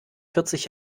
vierzig